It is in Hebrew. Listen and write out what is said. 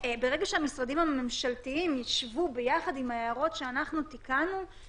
ברגע שהמשרדים הממשלתיים ישבו ביחד עם ההערות שאנחנו תיקנו,